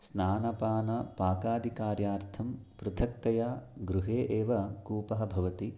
स्नानपानपाकादिकार्यार्थं पृथक्तया गृहे एव कूपः भवति